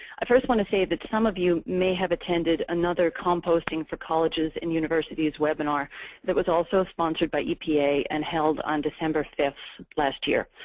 i first want to say that some of you may have attended another composting for colleges and universities webinar that was also sponsored by epa, and held on december fifth last year.